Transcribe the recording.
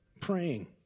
praying